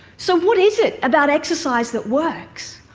so what is it about exercise that works?